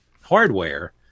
hardware